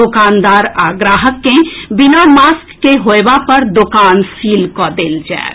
दोकानदार आ ग्राहक के बिना मास्क के होयबा पर दोकान सील कऽ देल जायत